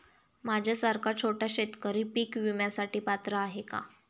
माझ्यासारखा छोटा शेतकरी पीक विम्यासाठी पात्र आहे का?